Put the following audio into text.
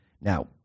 now